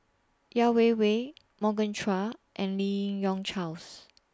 Yeo Wei Wei Morgan Chua and Lim Yi Yong Charles